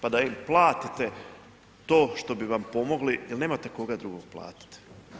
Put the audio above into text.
Pa da im platite to što bi vam pomogli jer nemate koga drugog platiti.